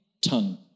tongue